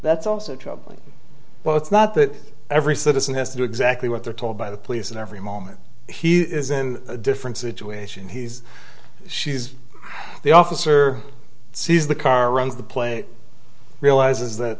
that's also troubling but it's not that every citizen has to do exactly what they're told by the police and every moment he is in a different situation he's she's the officer sees the car runs the plate realizes that